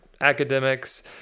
academics